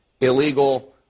illegal